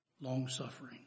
long-suffering